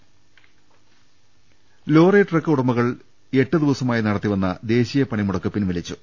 രദ്ദേഷ്ടങ lorry truck ഉടമകൾ എട്ടുദിവസമായി നടത്തിവന്ന ദേശീയ പണിമു ടക്ക് പിൻവലിച്ചു